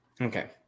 Okay